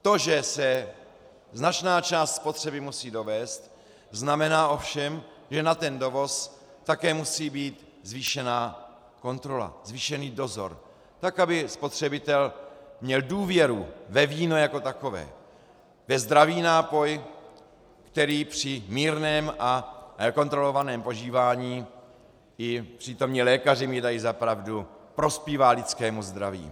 To, že se značná část spotřeby musí dovézt, znamená ovšem, že na ten dovoz také musí být zvýšená kontrola, zvýšený dozor, aby spotřebitel měl důvěru ve víno jako takové, ve zdravý nápoj, který při mírném a kontrolovaném požívání, i přítomní lékaři mi dají za pravdu, prospívá lidskému zdraví.